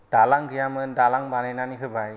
दालां गैयामोन दालां बानायनानै होबाय